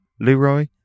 Leroy